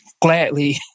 gladly